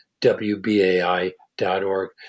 WBAI.org